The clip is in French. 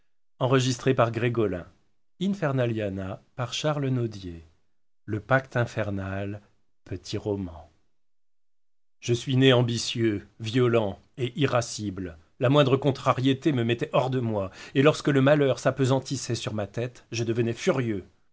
le pacte infernal petit roman je suis né ambitieux violent et irascible la moindre contrariété me mettait hors de moi et lorsque le malheur s'appesantissait sur ma tête je devenais furieux